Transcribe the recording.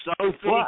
Sophie